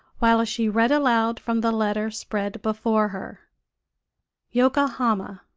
while she read aloud from the letter spread before her yokohama.